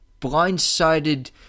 blindsided